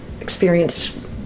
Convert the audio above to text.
experienced